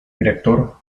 director